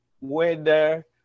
weather